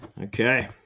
Okay